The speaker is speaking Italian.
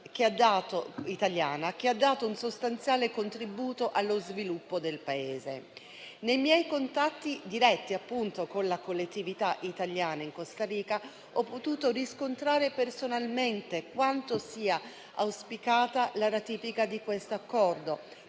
che ha dato un sostanziale contributo allo sviluppo del Paese. Nei miei contatti diretti con la collettività italiana in Costa Rica ho appunto potuto riscontrare personalmente quanto sia auspicata la ratifica di questo Accordo,